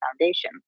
Foundation